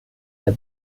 der